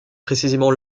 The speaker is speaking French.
précisément